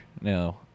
No